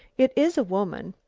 it is a woman,